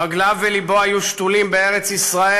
רגליו ולבו היו שתולים בארץ-ישראל,